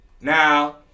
Now